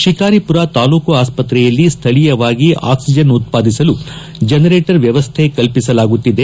ಶಿಕಾರಿಮರ ತಾಲ್ಲೂಕು ಆಸ್ಪತ್ರೆಯಲ್ಲಿ ಸ್ವಳೀಯವಾಗಿ ಆಕ್ಷಿಜನ್ ಉತ್ಪಾದಿಸಲು ಜನರೇಟರ್ ವ್ಯವಸ್ಥೆ ಕಲ್ಪಿಸಲಾಗುತ್ತಿದೆ